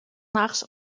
nachts